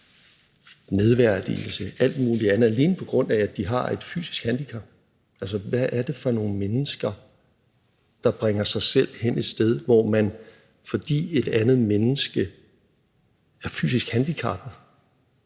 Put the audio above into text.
nedværdigelse og alt muligt andet, alene på grund af at de har et fysisk handicap. Hvad er det for nogle mennesker, der bringer sig selv hen et sted, hvor man, fordi et andet menneske er fysisk handicappet,